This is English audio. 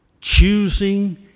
choosing